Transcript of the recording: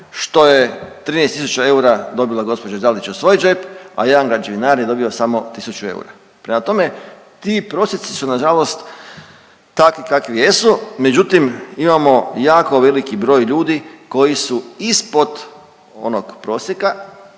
što je 13 tisuća eura dobila gđa. Dalić u svoj džep, a jedan građevinar je dobio samo tisuću eura. Prema tome, ti prosjeci su nažalost takvi kakvi jesu, međutim imamo jako veliki broj ljudi koji su ispod onog prosjeka